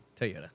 Toyota